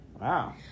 Wow